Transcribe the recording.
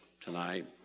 tonight